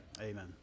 Amen